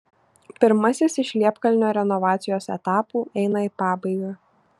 pirmasis iš liepkalnio renovacijos etapų eina į pabaigą